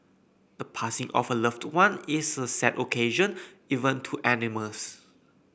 the passing of a loved one is a sad occasion even to animals